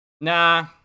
Nah